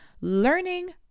learning